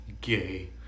Gay